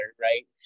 right